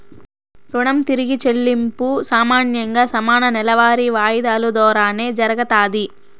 రుణం తిరిగి చెల్లింపు సామాన్యంగా సమాన నెలవారీ వాయిదాలు దోరానే జరగతాది